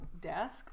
desk